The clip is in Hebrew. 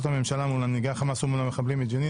הממשלה מול מנהיגי החמאס ומול המחבלים מג'נין".